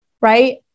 right